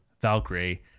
Valkyrie